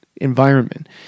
environment